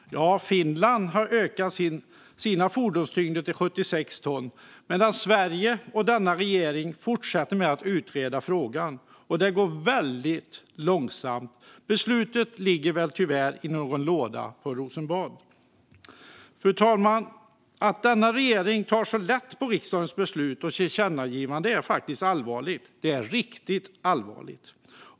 Jo, Finland har ökat sina fordonstyngder till 76 ton, medan Sverige och denna regering fortsätter att utreda frågan. Och det går väldigt långsamt. Beslutet ligger väl tyvärr i någon låda på Rosenbad. Fru talman! Att denna regering tar så lätt på riksdagens beslut och tillkännagivanden är allvarligt, riktigt allvarligt.